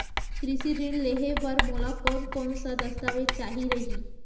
कृषि ऋण लेहे बर मोला कोन कोन स दस्तावेज चाही रही?